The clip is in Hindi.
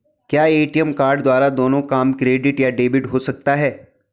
क्या ए.टी.एम कार्ड द्वारा दोनों काम क्रेडिट या डेबिट हो सकता है?